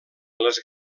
les